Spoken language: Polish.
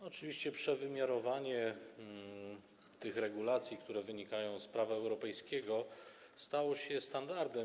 Oczywiście przewymiarowanie tych regulacji, które wynikają z prawa europejskiego, stało się standardem.